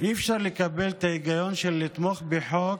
אי-אפשר לקבל את ההיגיון של תמיכה בחוק